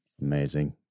amazing